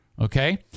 Okay